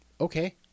Okay